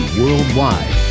worldwide